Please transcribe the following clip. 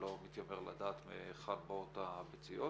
אני לא מתיימר לדעת מהיכן באות הביציות.